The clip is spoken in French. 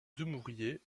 dumouriez